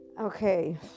okay